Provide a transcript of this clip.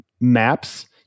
maps